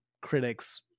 critics